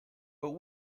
but